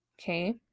okay